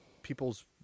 people's